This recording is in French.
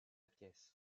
pièce